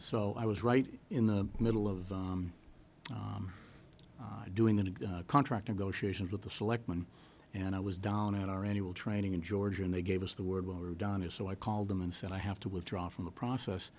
so i was right in the middle of doing the contract negotiations with the selectmen and i was down at our annual training in georgia and they gave us the word when we're done here so i called them and said i have to withdraw from the process